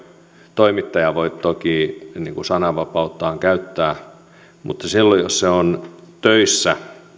toimittaja voi toki sananvapauttaan käyttää mutta silloin jos hän on töissä